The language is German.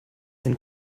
denn